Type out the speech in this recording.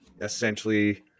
essentially